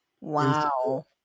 Wow